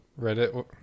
Reddit